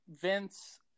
Vince